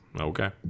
Okay